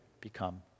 become